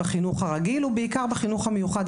בחינוך הרגיל ובעיקר בחינוך המיוחד,